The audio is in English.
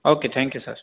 okay thank you sir